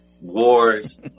wars